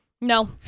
No